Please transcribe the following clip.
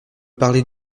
parlez